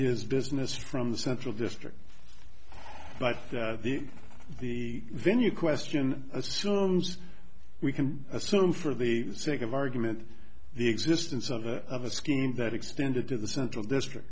his business from the central district by the venue question assumes we can assume for the sake of argument the existence of it of a scheme that extended to the central district